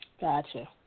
Gotcha